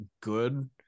good